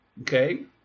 okay